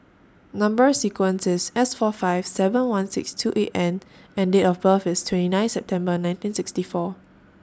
Number sequence IS S four five seven one six two eight N and Date of birth IS twenty nine September nineteen sixty four